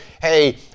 hey